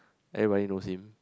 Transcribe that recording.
everybody knows him